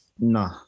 Nah